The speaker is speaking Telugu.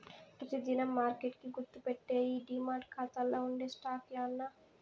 పెతి దినం మార్కెట్ కి గుర్తుపెట్టేయ్యి డీమార్ట్ కాతాల్ల ఉండే స్టాక్సే యాన్నా